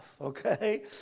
Okay